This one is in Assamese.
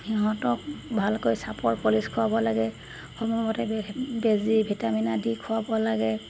সিহঁতক ভালকৈ চাপৰ পলিচ খুৱাব লাগে সময়মতে বেজি ভিটামিনা আদি খুৱাব লাগে